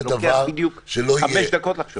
זה לוקח בדיוק חמש דקות לחשוב.